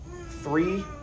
Three